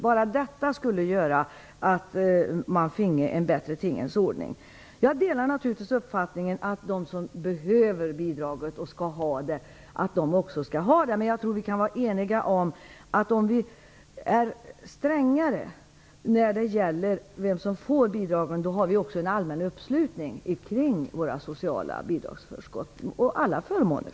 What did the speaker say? Bara detta skulle göra att man finge en bättre tingens ordning. Jag delar naturligtvis uppfattningen att de som behöver bidraget också skall ha det. Men jag tror att vi kan vara eniga om att om vi är strängare när det gäller vem som får bidrag, får vi också en allmän uppslutning kring våra sociala bidragsförskott och alla förmåner.